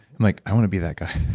like, i want to be that guy.